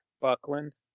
Buckland